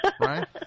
Right